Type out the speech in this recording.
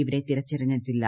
ഇവരെ തിരിച്ചറിഞ്ഞിട്ടില്ല